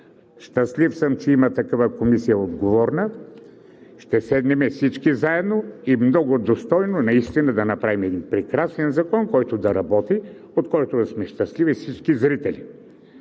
щастлив съм, че има такава отговорна Комисия, ще седнем всички заедно и много достойно наистина да направим един прекрасен закон, който да работи, от който да сме щастливи всички зрители,